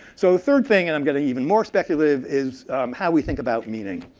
so a third thing, and i'm getting even more speculative, is how we think about meaning.